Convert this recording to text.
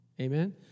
Amen